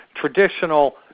traditional